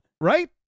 Right